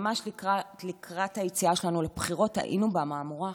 ממש לקראת היציאה שלנו לבחירות היינו במהמורה האחרונה,